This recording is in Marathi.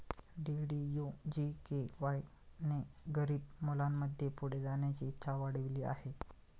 डी.डी.यू जी.के.वाय ने गरीब मुलांमध्ये पुढे जाण्याची इच्छा वाढविली आहे